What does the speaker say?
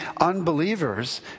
unbelievers